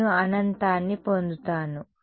నేను అనంతాన్ని పొందుతాను